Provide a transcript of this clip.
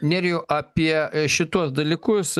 nerijau apie šituos dalykus